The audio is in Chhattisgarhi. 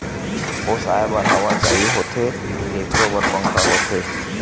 ओसाए बर हवा चाही होथे तेखरो बर पंखा होथे